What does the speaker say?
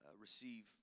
receive